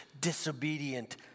disobedient